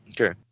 Okay